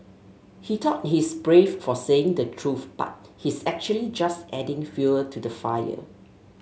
he thought he's brave for saying the truth but he's actually just adding fuel to the fire